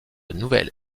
nouvelle